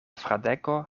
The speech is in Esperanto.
fradeko